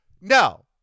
No